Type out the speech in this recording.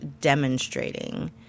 demonstrating